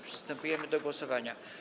Przystępujemy do głosowania.